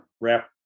wrap